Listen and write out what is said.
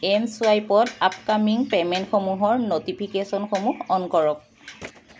M চুৱাইপত upcoming পে'মেণ্টসমূহৰ ন'টিফিকেশ্যনসমূহ অন কৰক